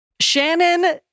Shannon